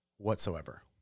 Whatsoever